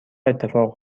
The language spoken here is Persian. اتفاق